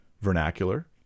vernacular